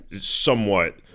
somewhat